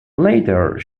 later